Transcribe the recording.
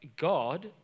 God